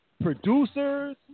producers